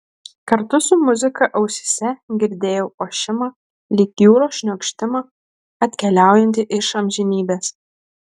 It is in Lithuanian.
kartu su muzika ausyse girdėjau ošimą lyg jūros šniokštimą atkeliaujantį iš amžinybės